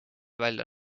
välja